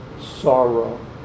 sorrow